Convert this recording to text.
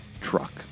truck